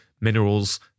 minerals